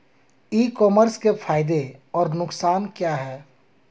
ई commerce के फायदे और नुकसान क्या हैं?